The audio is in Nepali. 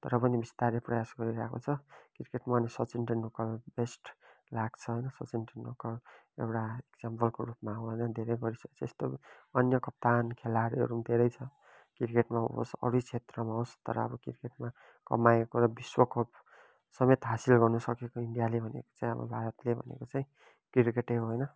तर पनि बिस्तारै प्रयास गरिरहेको छ क्रिकेटमा अनि सचिन टेन्डुलकर बेस्ट लाग्छ सचिन टेन्डुलकर एउटा इक्जाम्पलको रूपमा हो होइन धेरै परिचय चाहिँ यस्तो अन्य कप्तान खेलाडीहरू धेरै छ क्रिकेटमा होस् अरू क्षेत्रमा होस् तर अब क्रिकेटमा कमाएको र विश्वकप समेत हासिल गर्न सकेको इन्डियाले भनेको चाहिँ अब भारतले भनेको चाहिँ क्रिकेटै हो होइन